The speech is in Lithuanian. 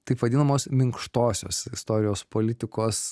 taip vadinamos minkštosios istorijos politikos